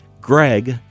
greg